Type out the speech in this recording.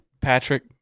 Patrick